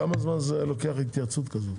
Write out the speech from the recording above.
כמה זמן זה היה לוקח התייעצות כזאת?